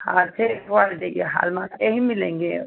हाँ सेफ़ वाला चाहिए हालमार्क के ही मिलेंगे